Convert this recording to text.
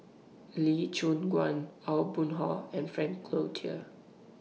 Lee Choon Guan Aw Boon Haw and Frank Cloutier